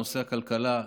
נושא הכלכלה.